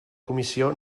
comissió